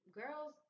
girls